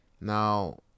Now